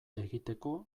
egiteko